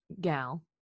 gal